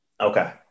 Okay